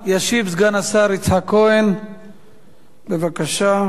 ישיב סגן השר יצחק כהן, בבקשה.